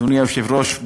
אדוני היושב-ראש,